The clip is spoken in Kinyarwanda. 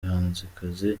bahanzikazi